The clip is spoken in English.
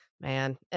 man